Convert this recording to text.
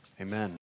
Amen